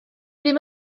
ddim